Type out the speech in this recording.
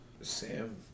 Sam